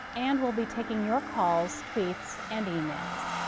and we'll be taking your calls, tweets, and emails.